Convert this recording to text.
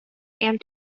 and